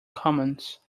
commons